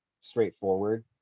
straightforward